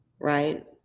right